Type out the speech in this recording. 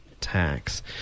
tax